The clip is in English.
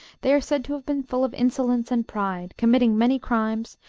they are said to have been full of insolence and pride, committing many crimes,